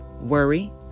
worry